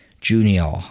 Junior